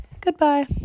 Goodbye